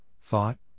thought